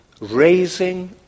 raising